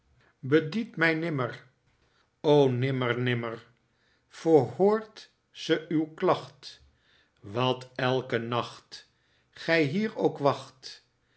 raij nimmer o nimmer nimmer verhoort ze uw klacht wat elken nacht gij hier ook wacht